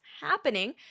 happening